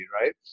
right